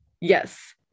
yes